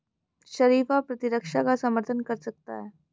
शरीफा प्रतिरक्षा का समर्थन कर सकता है